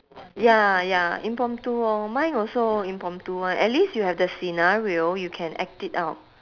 ya ya impromptu orh mine also impromptu [one] at least you have the scenario you can act it out